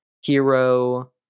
Hero